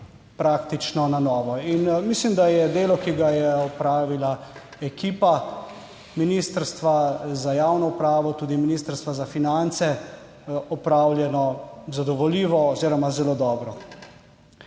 praktično na novo. Mislim, da je delo, ki ga je opravila ekipa Ministrstva za javno upravo, tudi Ministrstva za finance, opravljeno zadovoljivo oziroma zelo dobro.